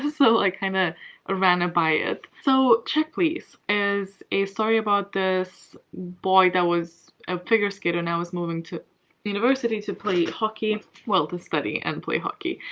so i kind of ah ran it by it. so check please is a story about this boy that was a figure skater, now is moving to university to play hockey well, to study and play hockey.